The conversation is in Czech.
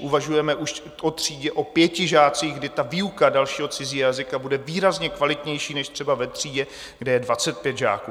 Uvažujeme už o třídě o pěti žácích, kdy výuka dalšího cizího jazyka bude výrazně kvalitnější než třeba ve třídě, kde je dvacet pět žáků.